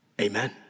Amen